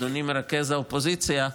אדוני מרכז האופוזיציה,